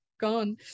gone